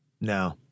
No